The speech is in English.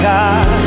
God